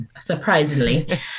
surprisingly